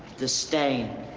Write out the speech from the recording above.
the stain.